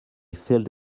filled